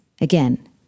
Again